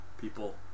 people